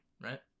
right